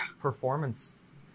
performance